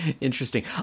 Interesting